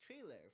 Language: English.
trailer